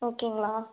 ஓகேங்களா